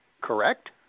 correct